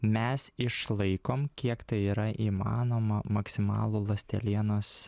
mes išlaikom kiek tai yra įmanoma maksimalų ląstelienos